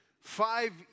five